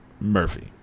Murphy